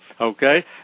Okay